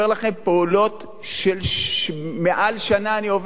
פעולות שמעל שנה אני עובד עליהן.